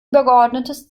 übergeordnetes